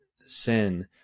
sin